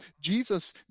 Jesus